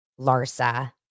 Larsa